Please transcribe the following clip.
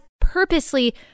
purposely